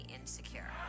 insecure